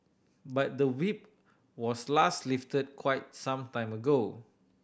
but the Whip was last lifted quite some time ago